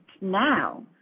now